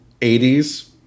80s